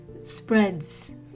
spreads